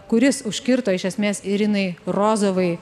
kuris užkirto iš esmės irinai rozovai